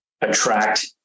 attract